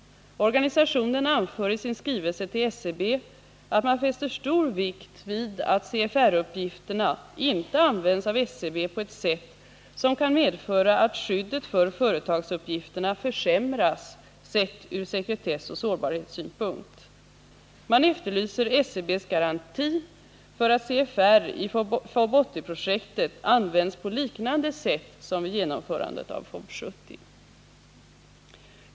Organisationerna anför i sin skrivelse till SCB att man fäster stor vikt vid att CFR-uppgifterna inte används av SCB på ett sätt som kan medföra att skyddet för företagsuppgifterna försämras sett ur sekretessoch sårbarhetssynpunkt. Man efterlyser SCB:s garanti för att CFR i FoB 80-projektet används på liknande sätt som vid genomförandet av FoB 70.